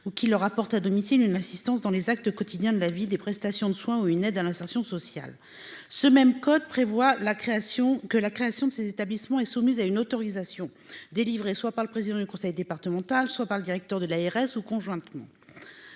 ou qui leur apporte à domicile une assistance dans les actes quotidiens de la vie des prestations de soins ou une aide à l'insertion sociale. Ce même code prévoit la création que la création de cet établissement est soumise à une autorisation délivrée, soit par le président du conseil départemental, soit par le directeur de l'ARS ou conjointement.